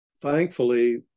Thankfully